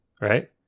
right